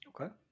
Okay